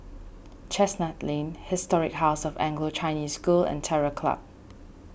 Chestnut Lane Historic House of Anglo Chinese School and Terror Club